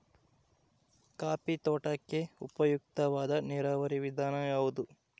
Coffee ತೋಟಕ್ಕೆ ಉಪಯುಕ್ತವಾದ ನೇರಾವರಿ ವಿಧಾನ ಯಾವುದು?